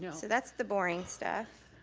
you know so that's the boring stuff.